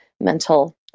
mental